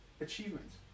Achievements